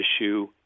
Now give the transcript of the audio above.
issue